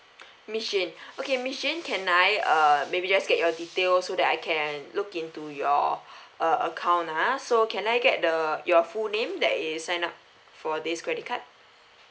miss jane okay miss jane can I uh maybe just get your details so that I can look into your uh account ah so can I get the your full name that is signed up for this credit card